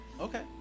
Okay